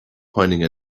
pointing